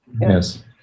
Yes